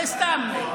זה סתם.